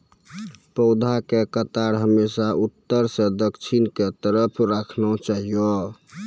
पौधा के कतार हमेशा उत्तर सं दक्षिण के तरफ राखना चाहियो